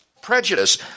prejudice